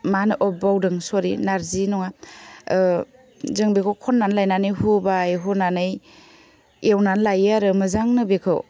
मा होनो अह बावदों सरि नारजि नङा जों बेखौ खन्नानै लायनानै हुबाय हुनानै एवनानै लायो आरो मोजांनो बेखौ